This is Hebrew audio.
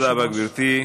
תודה רבה, גברתי.